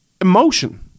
emotion